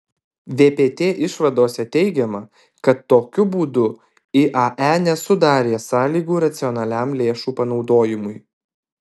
vpt išvadose teigiama kad tokiu būdu iae nesudarė sąlygų racionaliam lėšų panaudojimui